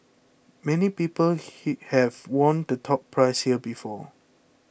many people he have won the top prize here before